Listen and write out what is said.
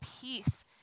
peace